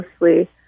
mostly